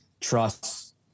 trust